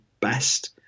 best